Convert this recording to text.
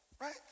Right